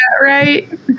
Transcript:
right